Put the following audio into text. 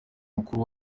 mukuru